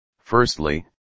Firstly